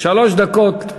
שלוש דקות,